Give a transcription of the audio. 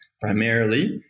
primarily